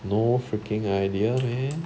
no freaking idea man